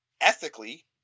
Ethically